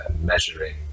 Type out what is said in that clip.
Measuring